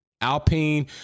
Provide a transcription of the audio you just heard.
Alpine